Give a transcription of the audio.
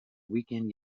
weekend